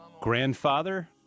grandfather